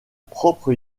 propre